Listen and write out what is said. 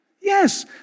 Yes